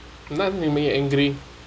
not make me angry